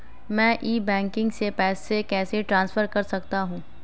मैं e banking से पैसे कैसे ट्रांसफर कर सकता हूं?